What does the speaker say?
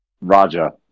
Raja